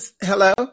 hello